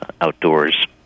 outdoors